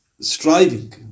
striving